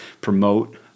promote